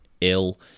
ill